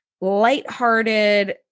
lighthearted